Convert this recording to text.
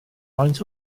faint